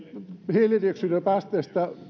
hiilidioksidipäästöä